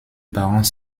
parents